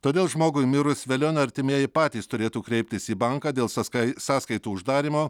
todėl žmogui mirus velionio artimieji patys turėtų kreiptis į banką dėl sąskai sąskaitų uždarymo